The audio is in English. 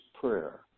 prayer